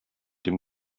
dem